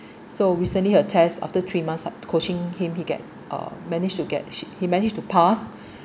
so recently her test after three months I start to coaching him he get uh managed to get he managed to pass